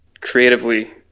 creatively